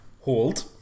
Hold